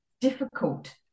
difficult